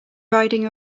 riding